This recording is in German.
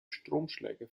stromschläge